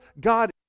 God